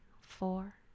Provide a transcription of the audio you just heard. four